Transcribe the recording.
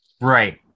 Right